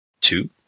two